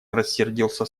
рассердился